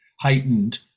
heightened